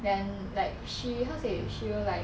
then like she how to say she will like